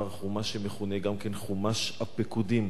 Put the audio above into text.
חומש שמכונה גם "חומש הפקודים".